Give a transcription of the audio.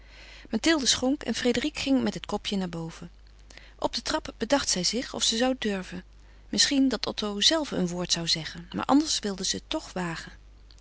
mathilde schonk en frédérique ging met het kopje naar boven op de trap bedacht zij zich of ze zou durven misschien dat otto zelve een woord zou zeggen maar anders wilde ze het toch wagen